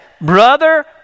Brother